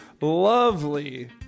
lovely